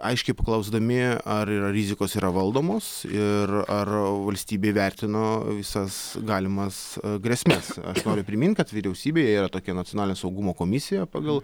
aiškiai paklausdami ar rizikos yra valdomos ir ar valstybė įvertino visas galimas grėsmes aš noriu primint kad vyriausybėje yra tokia nacionalinio saugumo komisija pagal